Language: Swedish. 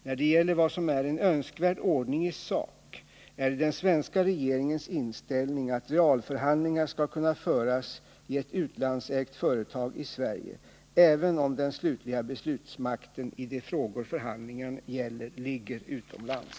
När det gäller vad som är en önskvärd ordning i sak är det den svenska regeringens inställning att realförhandlingar skall kunna föras i ett utlandsägt företag i Sverige, även om den slutliga beslutsmakten i de frågor förhandlingen gäller ligger utomlands.